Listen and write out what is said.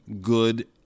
good